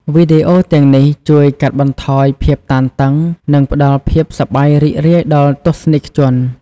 វីដេអូទាំងនេះជួយកាត់បន្ថយភាពតានតឹង និងផ្តល់ភាពសប្បាយរីករាយដល់ទស្សនិកជន។